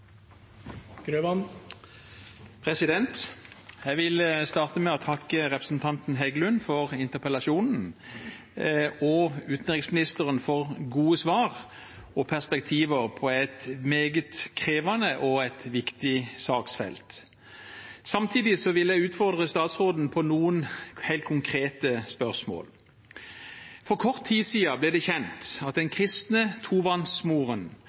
Heggelund for interpellasjonen og utenriksministeren for gode svar og perspektiver på et meget krevende og viktig saksfelt. Samtidig vil jeg utfordre statsråden på noen helt konkrete spørsmål. For kort tid siden ble det kjent at